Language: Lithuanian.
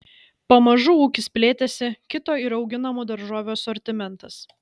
pamažu ūkis plėtėsi kito ir auginamų daržovių asortimentas